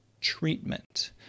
treatment